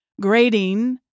grading